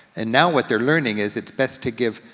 and now what they're learning is it's best to give,